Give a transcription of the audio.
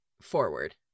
forward